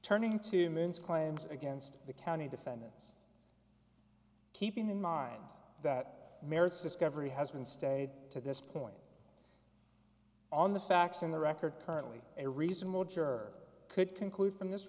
turning to men's claims against the county defendants keeping in mind that merits discovery has been stayed to this point on the facts in the record currently a reasonable juror could conclude from this